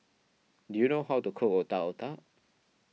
do you know how to cook Otak Otak